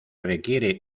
requiere